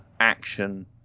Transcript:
action